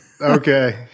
Okay